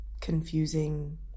confusing